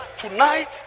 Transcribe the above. Tonight